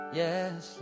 yes